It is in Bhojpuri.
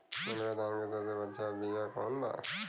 मोटका धान के सबसे अच्छा बिया कवन बा?